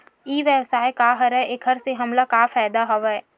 ई व्यवसाय का हरय एखर से हमला का फ़ायदा हवय?